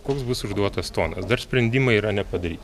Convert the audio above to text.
koks bus užduotas tonas dar sprendimai yra nepadaryti